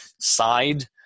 side